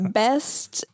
best